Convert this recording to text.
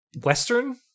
Western